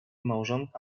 małżonka